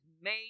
made